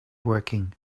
working